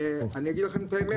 אני אגיד לכם את האמת,